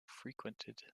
frequented